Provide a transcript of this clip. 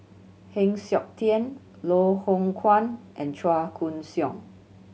Heng Siok Tian Loh Hoong Kwan and Chua Koon Siong